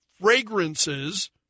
fragrances